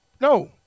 No